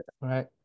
Right